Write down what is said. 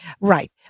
right